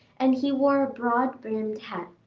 and he wore a broad-brimmed hat.